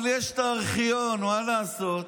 אבל יש ארכיון, מה לעשות?